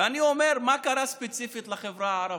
ואני אומר מה קרה ספציפית לחברה הערבית.